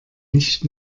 nicht